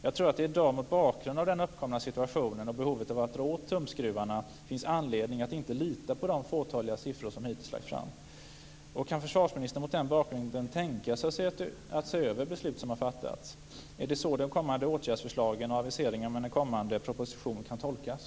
Jag tror att det i dag mot bakgrund av den uppkomna situationen och behovet av att dra åt tumskruvarna finns anledning att inte lita på de få siffror som hittills lagts fram. Kan försvarsministern mot den bakgrunden tänka sig att se över beslut som har fattats? Är det så de kommande åtgärdsförslagen och aviseringen av en kommande proposition skall tolkas?